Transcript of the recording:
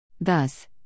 Thus